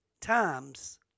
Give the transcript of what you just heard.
times